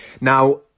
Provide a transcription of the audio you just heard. Now